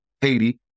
Haiti